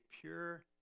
pure